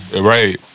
Right